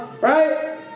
Right